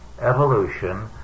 evolution